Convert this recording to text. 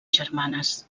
germanes